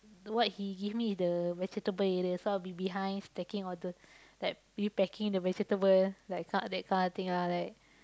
what he give me the vegetable area so I will be behind stacking order like repacking the vegetable like kind that kind of thing ah like